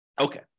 Okay